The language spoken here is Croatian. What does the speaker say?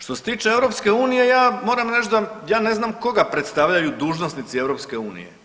Što se tiče EU ja moram reći da ja ne znam koga predstavljaju dužnosnici EU.